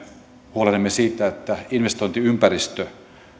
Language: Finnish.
huolehdimme siitä että investointiympäristö